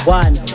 one